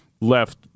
left